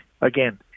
again